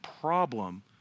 problem